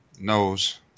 knows